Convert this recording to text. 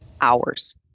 hours